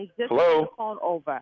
hello